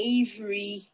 Avery